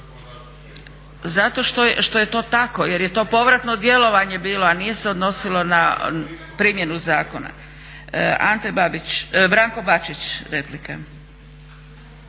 Zato što je to tako, jer je to povratno djelovanje bilo a nije se odnosilo na primjenu zakonu. Branko Bačić, replika.